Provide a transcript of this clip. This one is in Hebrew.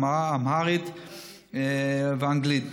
אמהרית ואנגלית.